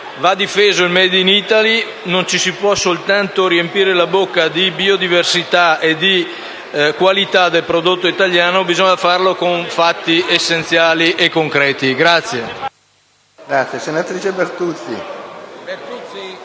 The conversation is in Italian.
va difeso il *made in Italy*. Non ci si può soltanto riempire la bocca con la biodiversità e la qualità del prodotto italiano, ma bisogna garantirlo con fatti essenziali e concreti.